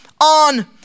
on